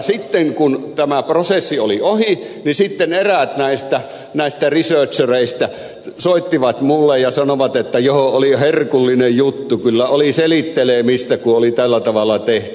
sitten kun tämä prosessi oli ohi niin sitten eräät näistä researchereista soittivat minulle ja sanoivat että jo oli herkullinen juttu kyllä oli selittelemistä kun oli tällä tavalla tehty